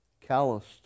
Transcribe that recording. calloused